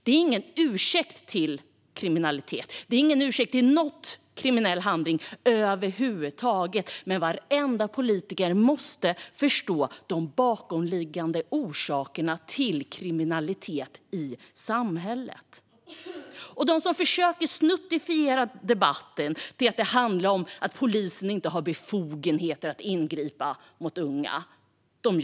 Det är ingen ursäkt för kriminalitet och ingen ursäkt för någon kriminell handling över huvud taget, men varenda politiker måste förstå de bakomliggande orsakerna till kriminaliteten i samhället. De som försöker snuttifiera debatten till att handla om att polisen inte har befogenheter att ingripa mot unga ljuger.